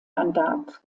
mandat